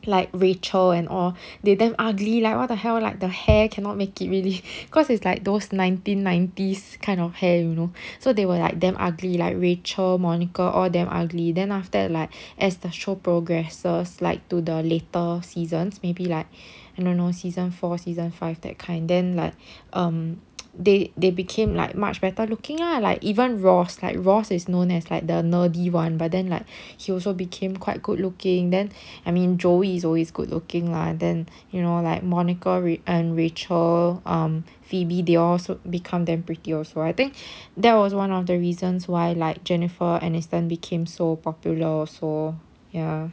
like rachel and all they damn ugly like what the hell like the hair cannot make it really cause it's like those nineteen nineties kind of hair you know so they were like damn ugly like rachel monica all damn ugly then after that like as the show progresses like to the later seasons maybe like I don't know season four season five that kind then like um they they became like much better looking lah like even ross like ross is known as like the nerdy one but then like he also became quite good looking then I mean joey is always good looking lah then you know like monica and rachel um phoebe they all also become damn pretty also I think that was also one of the reasons why like jennifer aniston became so popular also ya